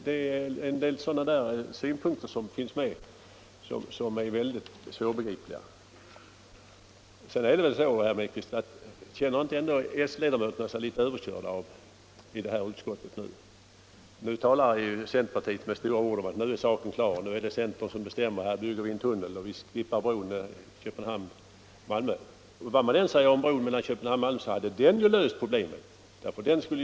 Det är en del sådana synpunkter som är mycket svårbegripliga. Är det ändå inte så, herr Mellqvist, att s-ledamöterna i det här utskottet känner sig litet överkörda? Centerpartiet talar med stora ord och säger: Nu är saken klar, nu är det centern som bestämmer. Här bygger vi en tunnel och skippar bron Köpenhamn-Malmö. Vad man än säger om bron mellan Malmö och Köpenhamn, så hade den löst problemet att transportera bilar.